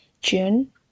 june